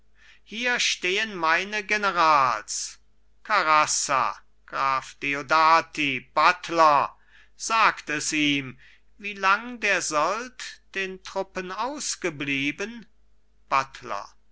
hier stehen meine generals caraffa graf deodati buttler sagt es ihm wie lang der sold den truppen ausgeblieben